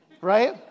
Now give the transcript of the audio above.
right